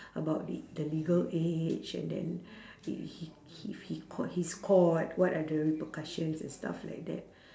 about the the legal age and then he he if he caught he's caught what are the repercussions and stuff like that